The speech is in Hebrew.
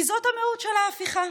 זאת המהות של ההפיכה,